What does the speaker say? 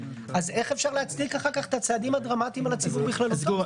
אז איך אפשר להצדיק אחר כך את הצעדים הדרמטיים על הציבור בכללותו?